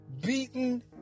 beaten